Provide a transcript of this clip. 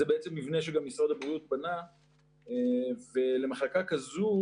זה בעצם מבנה שגם משרד הבריאות בנה ולמחלקה כזו